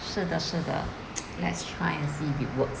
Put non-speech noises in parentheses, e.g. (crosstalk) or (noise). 是的是的 (noise) let's try and see if it works